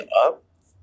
up